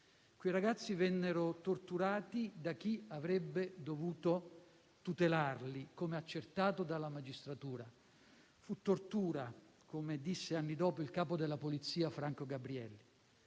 Quei ragazzi vennero torturati da chi avrebbe dovuto tutelarli, come accertato dalla magistratura. Fu tortura, come disse anni dopo il capo della Polizia Franco Gabrielli.